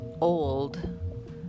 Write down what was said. old